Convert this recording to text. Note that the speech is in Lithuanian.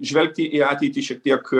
žvelgti į ateitį šiek tiek